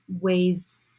ways